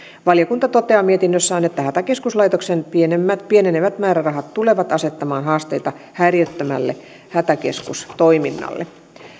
valiokunta toteaa mietinnössään että hätäkeskuslaitoksen pienenevät määrärahat tulevat asettamaan haasteita häiriöttömälle hätäkeskustoiminnalle